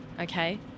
okay